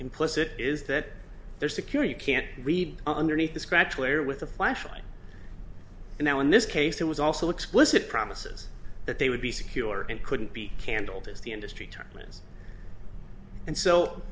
implicit is that they're secure you can't read underneath the scratch layer with a flashlight and now in this case it was also explicit promises that they would be secure and couldn't be candled as the industry tournaments and so